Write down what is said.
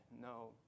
no